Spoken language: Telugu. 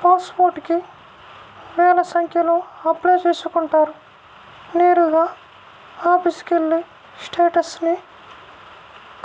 పాస్ పోర్టుకి వేల సంఖ్యలో అప్లై చేసుకుంటారు నేరుగా ఆఫీసుకెళ్ళి స్టేటస్ ని